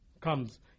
comes